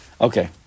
Okay